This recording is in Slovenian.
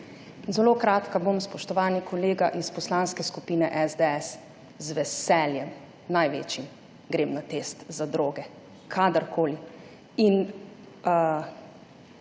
Zelo kratka bom. Spoštovani kolega iz Poslanske skupine SDS. Z veseljem, največjim grem na test za droge kadarkoli.